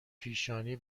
پیشانی